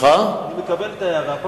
אני מקבל את ההערה.